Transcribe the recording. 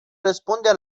răspunde